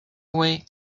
away